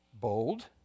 bold